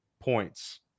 points